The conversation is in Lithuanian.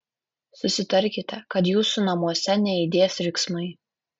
susitarkite kad jūsų namuose neaidės riksmai